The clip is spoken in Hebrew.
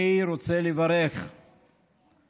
אני רוצה לברך את